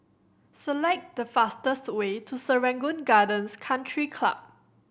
select the fastest way to Serangoon Gardens Country Club